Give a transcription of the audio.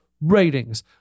ratings